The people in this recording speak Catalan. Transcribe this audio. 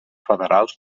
federals